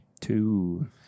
Two